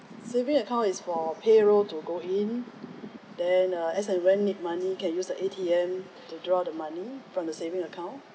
saving account is for payroll to go in then uh as and when need money can use the A_T_M to draw the money from the saving account